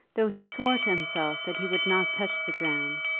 though he swore to himself that he would not touch the dram,